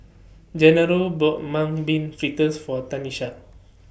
Gennaro bought Mung Bean Fritters For Tanisha